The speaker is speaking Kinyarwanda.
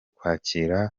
kwakira